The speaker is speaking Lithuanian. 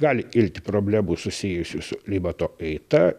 gali kilti problemų susijusių su klimato kaita